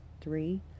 three